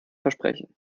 versprechen